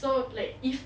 so like if